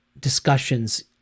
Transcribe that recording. discussions